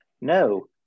No